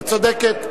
את צודקת.